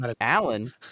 Alan